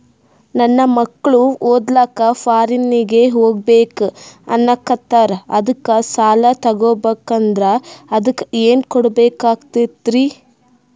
ನನ್ನ ಮಕ್ಕಳು ಓದ್ಲಕ್ಕ ಫಾರಿನ್ನಿಗೆ ಹೋಗ್ಬಕ ಅನ್ನಕತ್ತರ, ಅದಕ್ಕ ಸಾಲ ತೊಗೊಬಕಂದ್ರ ಅದಕ್ಕ ಏನ್ ಕೊಡಬೇಕಾಗ್ತದ್ರಿ?